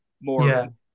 more